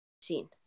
seen